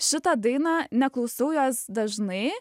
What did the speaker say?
šitą dainą neklausau jos dažnai